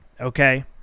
okay